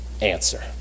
answer